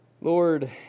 Lord